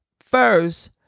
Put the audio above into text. First